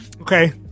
Okay